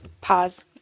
Pause